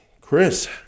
chris